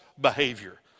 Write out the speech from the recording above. behavior